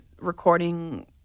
recording